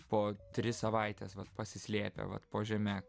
po tris savaites vat pasislėpę vat po žeme